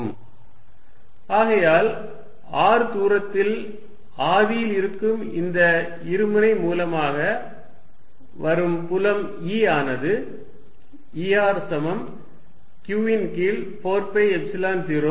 raz3r31±2arcosθ32≅r31±3arcosθ ஆகையால் r தூரத்தில் ஆதியில் இருக்கும் இந்த இருமுனை மூலமாக வரும் புலம் E ஆனது E r சமம் q ன் கீழ் 4 பை எப்சிலன் 0